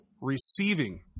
receiving